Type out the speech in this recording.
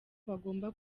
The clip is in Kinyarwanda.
bagomba